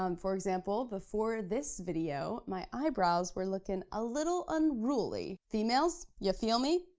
um for example, before this video, my eyebrows were looking a little unruly. females, ya feel me?